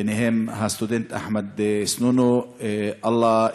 וביניהם הסטודנט אחמד סנונו (אומר דברים בשפה הערבית,